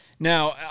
Now